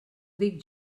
dic